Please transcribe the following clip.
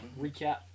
recap